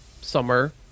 summer